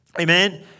Amen